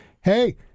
hey